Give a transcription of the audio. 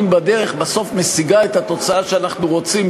בדרך בסוף משיגה את התוצאה שאנחנו רוצים,